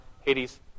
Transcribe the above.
Hades